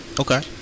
Okay